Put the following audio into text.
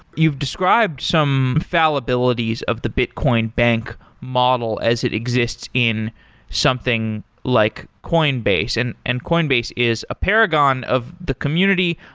you've described some fallibilities of the bitcoin bank model as it exists in something like coinbase, and and coinbase is a paragon of the community.